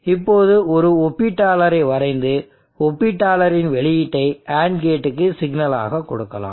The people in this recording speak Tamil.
இப்போது ஒரு ஒப்பீட்டாளரை வரைந்து ஒப்பீட்டாளரின் வெளியீட்டை AND கேட்க்கு சிக்னலாக கொடுக்கலாம்